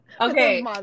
Okay